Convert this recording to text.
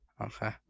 Okay